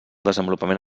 desenvolupament